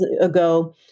ago